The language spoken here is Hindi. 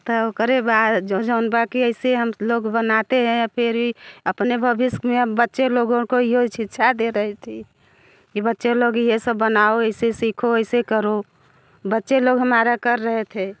तौ ओकरे बाद जौन बाक़ी ऐसे हम लोग बनाते हैं फिर भी अपने भविष्य में अब बच्चे लोगों को यह शिक्षा दे रही थी कि बच्चे लोग ये सब बनाओ ऐसे सीखो ऐसे करो बच्चे लोग हमारा कर रहे थे